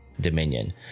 Dominion